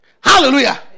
Hallelujah